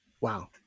Wow